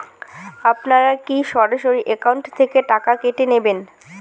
আপনারা কী সরাসরি একাউন্ট থেকে টাকা কেটে নেবেন?